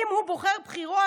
אם הוא בוחר בחירות,